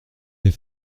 des